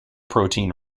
protein